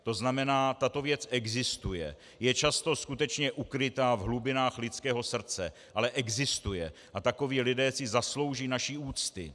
To znamená, tato věc existuje, je často skutečně ukryta v hlubinách lidského srdce, ale existuje, a takoví lidé si zaslouží naši úctu.